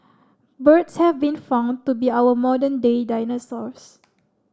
birds have been found to be our modern day dinosaurs